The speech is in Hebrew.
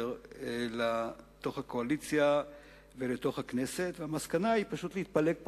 לתוך הקואליציה והכנסת ולהתפלג פחות.